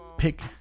pick